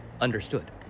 Understood